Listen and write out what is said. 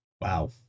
Wow